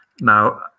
Now